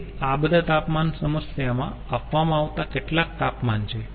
તેથી આ બધા તાપમાન સમસ્યામાં આપવામાં આવતા કેટલાક તાપમાન છે